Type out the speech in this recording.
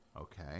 okay